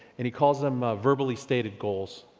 and he calls them verbally stated goals.